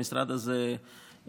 המשרד הזה זוכה,